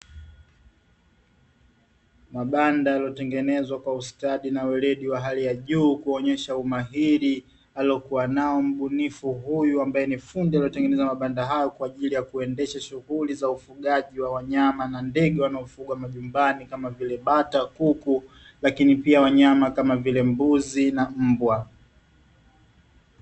Mabanda yaliyotengenezwa kwa ustadi na weledi wa hali ya juu, kuonyesha umahiri aliyekuwa nao mbunifu huyu ambaye ni fundi aliyetengeneza mabanda hayo kwa ajili ya kuendesha shughuli za ufugaji na wanyama na ndege wanaofugwa majumbani kama vile bata, kuku lakini pia wanyama kama vile; mbuzi na mbwa.